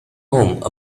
home